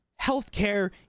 healthcare